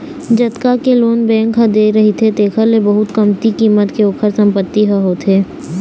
जतका के loan bank ह दे रहिथे तेखर ले बहुत कमती कीमत के ओखर संपत्ति ह होथे